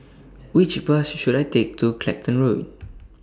Which Bus should I Take to Clacton Road